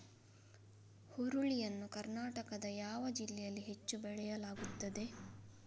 ಹುರುಳಿ ಯನ್ನು ಕರ್ನಾಟಕದ ಯಾವ ಜಿಲ್ಲೆಯಲ್ಲಿ ಹೆಚ್ಚು ಬೆಳೆಯಲಾಗುತ್ತದೆ?